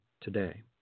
today